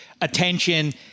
attention